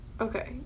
Okay